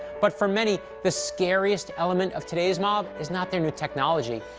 but for many, the scariest element of today's mob is not their new technology.